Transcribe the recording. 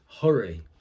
hurry